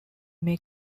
may